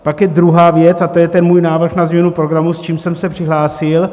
Pak je druhá věc, a to je můj návrh na změnu programu, s čím jsem se přihlásil.